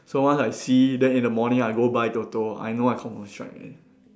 so once I see then in the morning I go buy Toto I know I confirm strike already